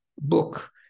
book